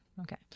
okay